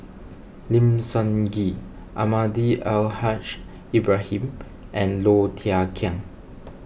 Lim Sun Gee Almahdi Al Haj Ibrahim and Low Thia Khiang